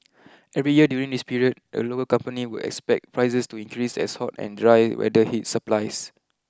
every year during this period a local company would expect prices to increase as hot and dry weather hit supplies